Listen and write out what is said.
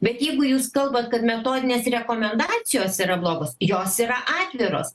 bet jeigu jūs kalbat kad metodinės rekomendacijos yra blogos jos yra atviros